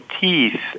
teeth